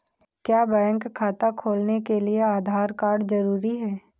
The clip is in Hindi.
क्या बैंक खाता खोलने के लिए आधार कार्ड जरूरी है?